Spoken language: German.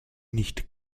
nicht